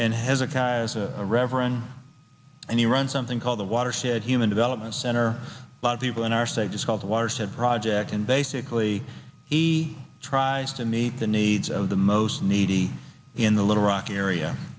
is a reverend and he runs something called the watershed human development center lot of people in our state just called the watershed project and basically he tries to meet the needs of the most needy in the little rock area